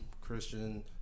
Christian